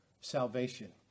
salvation